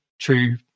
true